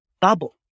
bubble